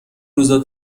روزا